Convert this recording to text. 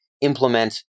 implement